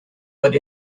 but